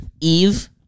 Eve